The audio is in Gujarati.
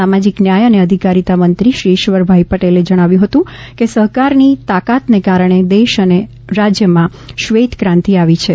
સામાજીક ન્યાય અને અધિકારીતા મંત્રી શ્રી ઇશ્વરભાઇ પરમારે જણાવ્યું હતું કે સહકારની તાકાતને કારણે દેશ અને રાજ્યમાં શ્વેતક્રાંતિ આવી છે